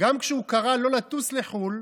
גם כשהוא קרא שלא לטוס לחו"ל,